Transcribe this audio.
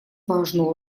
важную